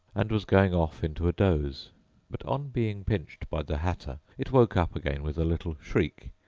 and was going off into a doze but, on being pinched by the hatter, it woke up again with a little shriek,